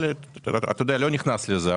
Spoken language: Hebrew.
אתה יודע, אני לא נכנס לזה.